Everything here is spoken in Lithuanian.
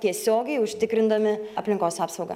tiesiogiai užtikrindami aplinkos apsaugą